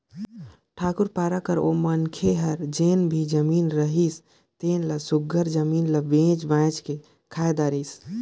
ठाकुर पारा कर ओ मनखे हर जेन भी जमीन रिहिस तेन ल सुग्घर जमीन ल बेंच बाएंच के खाए धारिस